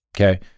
Okay